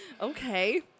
okay